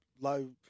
low